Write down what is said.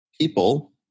people